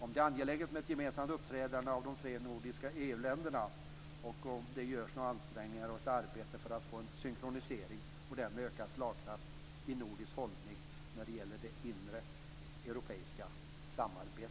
Är det angeläget med ett gemensamt uppträdande av de tre nordiska EU-länderna, och görs det några ansträngningar för att få en synkronisering och därmed en ökad slagkraft i en nordisk hållning när det gäller det inre europeiska samarbetet?